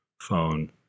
phone